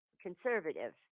Conservative